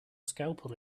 scalpel